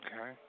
Okay